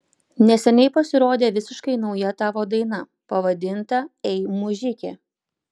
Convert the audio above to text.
neseniai pasirodė visiškai nauja tavo daina pavadinta ei mužike